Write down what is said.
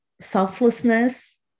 selflessness